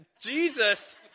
Jesus